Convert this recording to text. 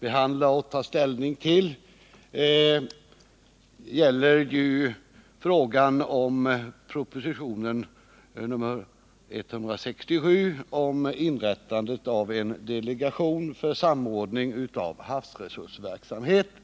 behandlar, gäller förslaget i propositionen 167 vid förra riksmötet om inrättande av en delegation för samordning av havsresursverksamheten.